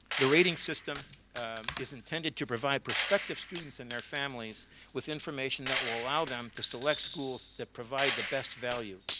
the rating system is intended to provide prospective students and their families with information that will allow them to select schools that provide the best value.